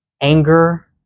anger